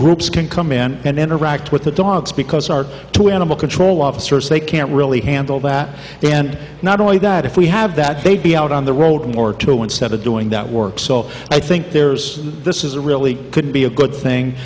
groups can come in and interact with the dogs because our two animal control officers they can't really handle that and not only that if we have that they'd be out on the world more to go instead of doing that work so i think there's this is a really could be a good thing